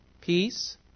Peace